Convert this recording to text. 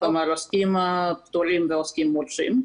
כלומר עוסקים פטורים ועוסקים מורשים.